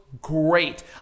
great